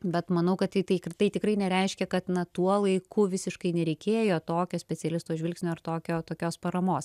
bet manau kad tai tai tikrai nereiškia kad na tuo laiku visiškai nereikėjo tokio specialisto žvilgsnio ir tokio tokios paramos